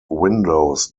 windows